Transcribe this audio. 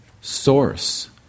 source